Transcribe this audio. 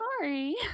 sorry